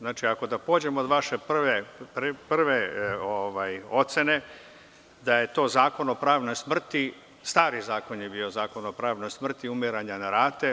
Znači, ako pođem od vaše prve ocene da je to zakon o pravnoj smrti, stari zakon je bio zakon o pravnoj smrti, umiranja na rate.